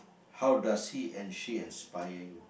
how does he and she inspire you